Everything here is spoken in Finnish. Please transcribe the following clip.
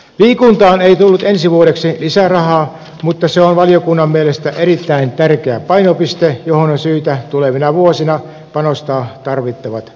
liikuntaan ei tullut ensi vuodeksi lisärahaa mutta se on valiokunnan mielestä erittäin tärkeä painopiste on syytä tulevina vuosina panostaa tarvittavat